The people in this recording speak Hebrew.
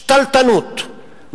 שתלטנות,